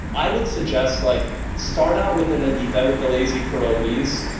i would suggest like start out with the leniwe, with the lazy pierogis,